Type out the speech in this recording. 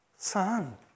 Son